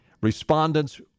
Respondents